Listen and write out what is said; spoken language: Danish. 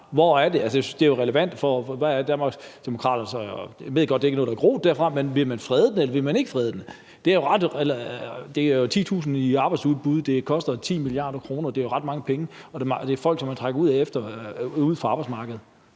synes jo, det er relevant, hvor Danmarksdemokraterne står. Jeg ved godt, at det ikke er noget, der er groet hos dem, men vil man frede den, eller vil man ikke frede den? Det er jo titusind nye arbejdsudbud, og det koster 10 mia. kr. Det er jo ret mange penge, og det er folk, som man trækker ud fra arbejdsmarkedet.